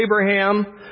Abraham